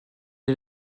est